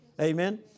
Amen